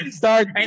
start